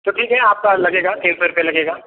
तो ठीक है आपका लगेगा तीन सौ रुपये लगेगा